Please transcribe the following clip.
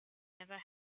never